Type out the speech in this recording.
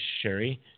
Sherry